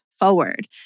forward